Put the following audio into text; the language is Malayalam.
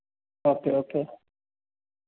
ഓക്കെ ഓക്കെ ആ